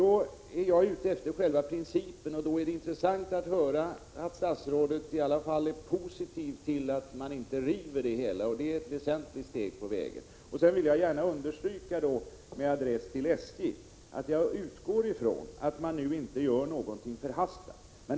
Jag är också ute efter själva principen, och det är då intressant att statsrådet i alla fall är positiv till att man inte river huset. Det är ett väsentligt steg på vägen. Dessutom vill jag med adress till SJ understryka att jag utgår från att man inte gör någonting förhastat.